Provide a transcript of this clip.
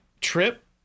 Trip